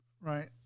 right